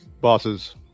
bosses